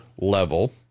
level